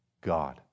God